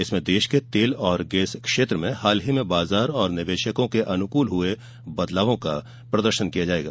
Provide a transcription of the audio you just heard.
इसमें देश के तेल और गैस क्षेत्र में हाल ही में बाजार और निवेशकों के अनुकूल हुए बदलावों को प्रदर्शित किया जाएगा